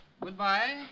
Goodbye